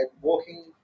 walking